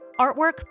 Artwork